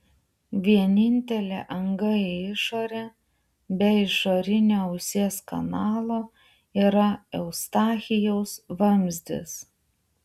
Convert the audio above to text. vienintelė anga į išorę be išorinio ausies kanalo yra eustachijaus vamzdis